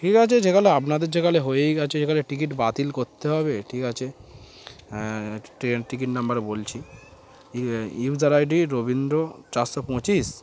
ঠিক আছে যেখানে আপনাদের যেখানে হয়েই গেছে যেখানে টিকিট বাতিল করতে হবে ঠিক আছে হ্যাঁ ট্রেন টিকিট নাম্বার বলছি ইউজার আই ডি রবীন্দ্র চারশো পঁচিশ